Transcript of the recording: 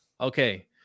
Okay